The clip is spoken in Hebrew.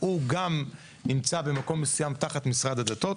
הוא גם נמצא במקום מדויק תחת משרד הדתות.